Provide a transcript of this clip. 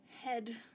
head